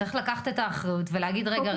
צריך לקחת את האחריות ולהגיד רגע,